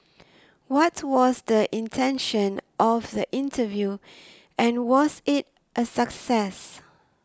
what was the intention of the interview and was it a success